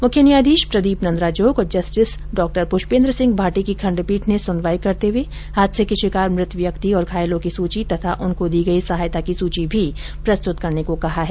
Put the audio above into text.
मुख्य न्यायाधीश प्रदीप नन्द्राजोग और जस्टिस डॉ पृष्पेन्द्रसिंह भाटी की खंडपीठ ने सुनवाई करते हुए हादसे के शिकार मृत व्यक्ति और घायलों की सूची तथा उनको दी गई सहायता की सूची भी प्रस्तुत करने को कहा है